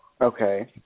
Okay